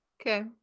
Okay